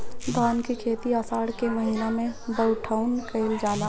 धान के खेती आषाढ़ के महीना में बइठुअनी कइल जाला?